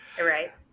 right